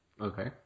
Okay